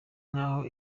nk’aho